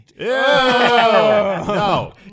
No